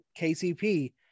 KCP